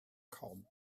called